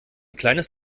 kleines